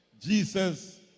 Jesus